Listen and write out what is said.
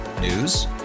News